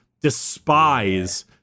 despise